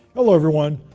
hello everyone,